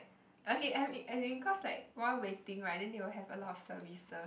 okay as in while waiting right then they will have a slot of services